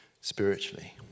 spiritually